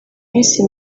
minsi